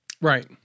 Right